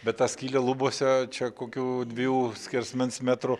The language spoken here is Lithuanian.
bet tą skylę lubose čia kokių dviejų skersmens metrų